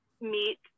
meet